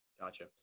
Gotcha